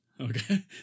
Okay